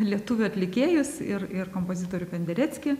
lietuvių atlikėjus ir ir kompozitorių pendereckį